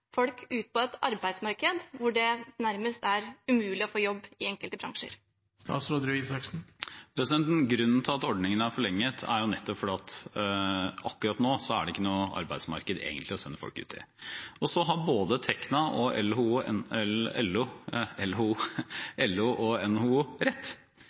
folk ut i et arbeidsmarked hvor det nærmest er umulig å få jobb i enkelte bransjer? Grunnen til at ordningen er forlenget, er nettopp at akkurat nå er det egentlig ikke noe arbeidsmarked å sende folk ut i. Og så har både Tekna, LO og